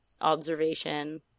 observation